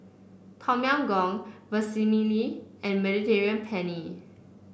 Tom Yam Goong Vermicelli and Mediterranean Penne